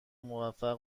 موفق